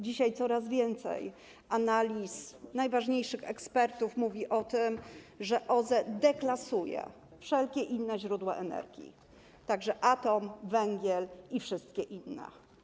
Dzisiaj coraz więcej analiz najważniejszych ekspertów mówi o tym, że OZE deklasują wszelkie inne źródła energii, także atom, węgiel i inne.